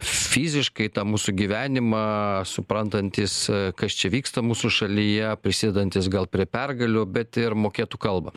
fiziškai tą mūsų gyvenimą suprantantis kas čia vyksta mūsų šalyje prisidedantis gal prie pergalių bet ir mokėtų kalbą